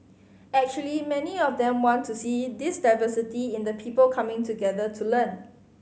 actually many of them want to see this diversity in the people coming together to learn